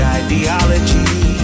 ideology